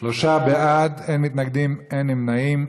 שלושה בעד, אין מתנגדים, אין נמנעים.